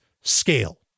scale